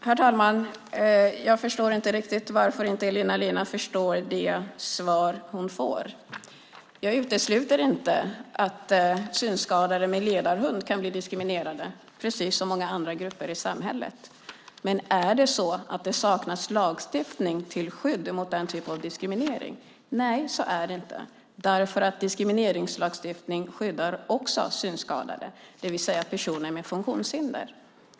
Herr talman! Jag förstår inte riktigt varför Elina Linna inte förstår det svar som hon har fått. Jag utesluter inte att synskadade med ledarhund kan bli diskriminerade precis som många andra grupper i samhället. Men är det så att det saknas lagstiftning till skydd mot denna typ av diskriminering? Nej, så är det inte därför att diskrimineringslagstiftningen skyddar även synskadade, det vill säga personer med funktionshinder.